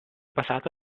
passato